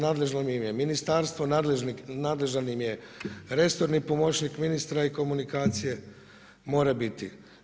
Nadležno im je ministarstvo, nadležan im je resorni pomoćnik ministra i komunikacije mora biti.